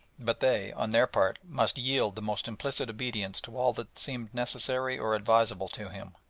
but they, on their part, must yield the most implicit obedience to all that seemed necessary or advisable to him.